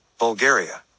Bulgaria